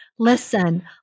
Listen